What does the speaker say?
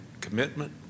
commitment